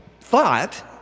thought